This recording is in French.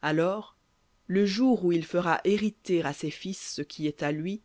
alors le jour où il fera hériter à ses fils ce qui est à lui